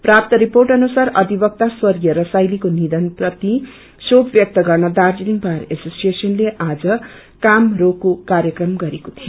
प्राप्त रिर्पोअ अनुसार अधिवक्ता स्वर्गीय रसाईलीको निधन प्रति श्रेक व्यक्त गर्न दार्जीलिङ बार एशोसिएशनले आज काम रोको कार्यक्रम गरेको थियो